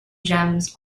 gems